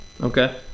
Okay